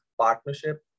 partnership